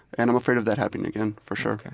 and i'm afraid of that happening again for sure.